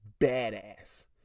badass